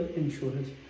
insurance